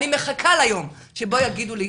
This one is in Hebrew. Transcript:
אני מחכה ליום שבו יגידו לי.